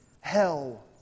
hell